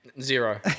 Zero